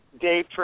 Dave